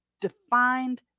defined